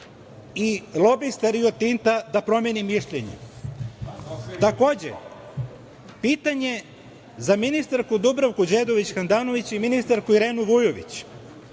i lobista Rio Tinta promeni mišljenje? Takođe, pitanje za ministarku Đedović Handanović i ministarku Irenu Vujović.